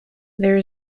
there